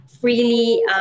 freely